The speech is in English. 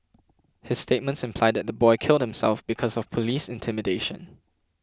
his statements imply that the boy killed himself because of police intimidation